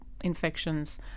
infections